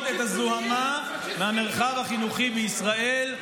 את הזוהמה מהמרחב החינוכי בישראל.